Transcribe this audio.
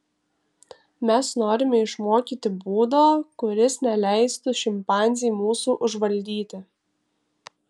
mes norime išmokyti būdo kuris neleistų šimpanzei mūsų užvaldyti